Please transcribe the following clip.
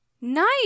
Nice